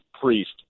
priest